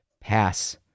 pass